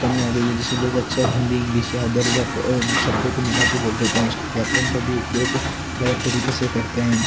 कमियाँ आ गई है जिससे लोग अक्सर हिन्दी इंग्लिश या अदर शब्दों को मिला कर बोल देते हैं उस व्याकरण का भी उपयोग गलत तरीके से करते हैं